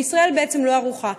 וישראל בעצם לא ערוכה.